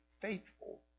faithful